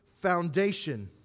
foundation